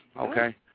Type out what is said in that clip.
okay